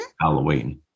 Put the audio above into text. Halloween